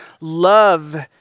love